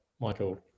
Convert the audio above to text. Michael